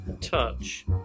touch